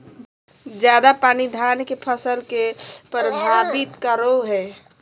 ज्यादा पानी धान के फसल के परभावित करो है?